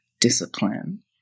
discipline